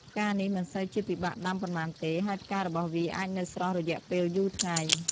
ផ្កានេះមិនសូវជាពិបាកដំាប៉ុន្មានទេ ហើយផ្ការបស់វាអាចនៅស្រស់រយៈពេលយូរថ្ងៃ។